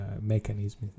mechanism